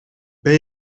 ben